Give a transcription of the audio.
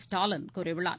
ஸ்டாலின் கூறியுள்ளார்